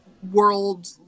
World